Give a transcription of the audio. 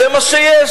זה מה שיש.